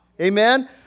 Amen